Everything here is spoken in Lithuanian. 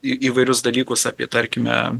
į įvairius dalykus apie tarkime